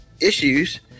issues